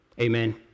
Amen